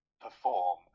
perform